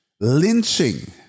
lynching